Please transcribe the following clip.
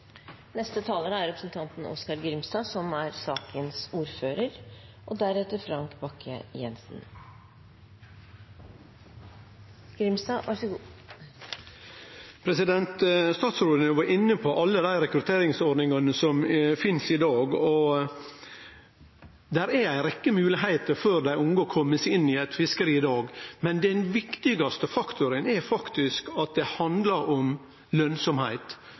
Statsråden har vore inne på alle dei rekrutteringsordningane som finst i dag, og det er ei rekkje moglegheiter for dei unge å kome seg inn i eit fiskeri i dag. Men den viktigaste faktoren er faktisk at det handlar om